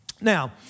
Now